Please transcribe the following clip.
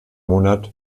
monat